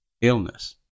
illness